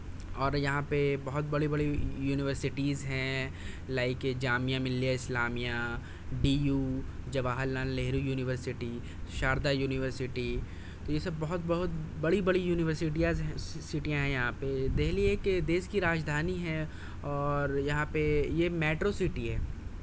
اور یہاں پہ بہت بڑی بڑی یونیورسٹیز ہیں like Jamia Millia Islamia D U Jawahar Lal Nehru university Sharda university تو یہ سب بہت بہت بڑی بڑی یونیورسٹیاز ہیں سیٹیاں ہیں یہاں پہ دہلی ایک دیس کی راجدھانی ہے اور یہاں پہ یہ میٹرو سیٹی ہے